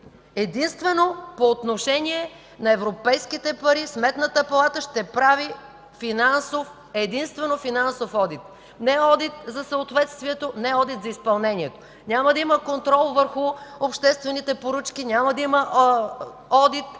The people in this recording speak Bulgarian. Единствено по отношение на европейските пари Сметната палата ще прави финансов одит, не одит за съответствието, не одит за изпълнението. Няма да има контрол върху обществените поръчки, няма да има одит